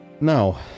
No